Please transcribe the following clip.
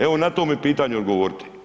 Evo na to mi pitanje odgovorite.